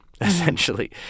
essentially